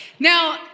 Now